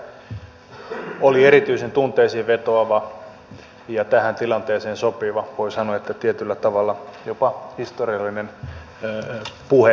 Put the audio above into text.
erityisesti edustaja raz myarin puhe oli erityisen tunteisiin vetoava ja tähän tilanteeseen sopiva voi sanoa että tietyllä tavalla jopa historiallinen puhe